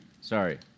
Sorry